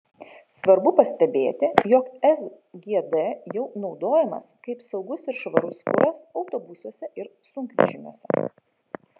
svarbu pastebėti jog sgd jau naudojamas kaip saugus ir švarus kuras autobusuose ir sunkvežimiuose